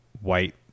white